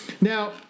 now